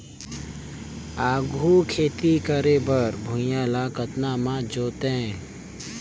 आघु खेती करे बर भुइयां ल कतना म जोतेयं?